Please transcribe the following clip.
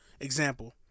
example